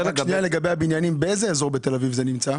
לגבי הבניינים באיזה אזור בתל אביב הם נמצאים?